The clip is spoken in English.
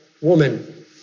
woman